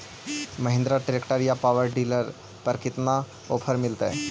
Mahindra tractor या power dealer पर कितना ओफर मीलेतय?